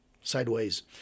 sideways